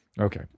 Okay